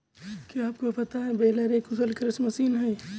क्या आपको पता है बेलर एक कुशल कृषि मशीन है?